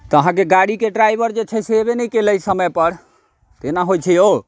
तऽ अहाँके गाड़ीके ड्राइवर जे छै से अएबे नहि कएलै समयपर तऽ एना होइ छै यौ